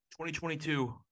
2022